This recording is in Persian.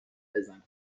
بزند